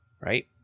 right